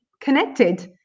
connected